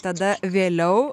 tada vėliau